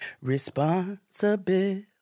responsibility